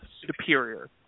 Superior